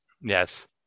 Yes